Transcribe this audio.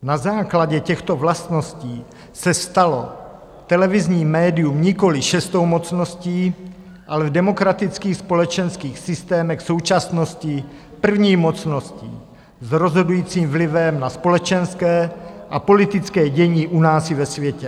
Na základě těchto vlastností se stalo televizní médium nikoliv šestou mocností, ale v demokratických společenských systémech současnosti první mocností s rozhodujícím vlivem na společenské a politické dění u nás i ve světě.